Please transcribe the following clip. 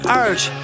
urge